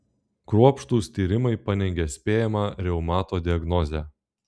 kruopštūs tyrimai paneigė spėjamą reumato diagnozę